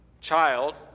child